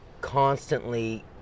Constantly